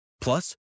Plus